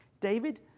David